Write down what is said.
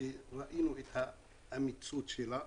כשראינו את המקצועיות שלה,